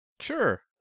Sure